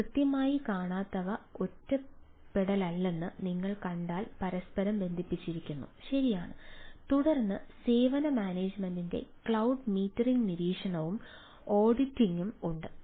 ഇവ കൃത്യമായി കാണാത്തവ ഒറ്റപ്പെടലല്ലെന്ന് നിങ്ങൾ കണ്ടാൽ പരസ്പരം ബന്ധിപ്പിച്ചിരിക്കുന്നു ശരിയാണ് തുടർന്ന് സേവന മാനേജുമെന്റിന്റെ ക്ലൌഡ് മീറ്ററിംഗ് നിരീക്ഷണവും ഓഡിറ്റിംഗും ഉണ്ട്